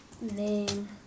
name